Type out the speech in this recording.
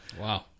Wow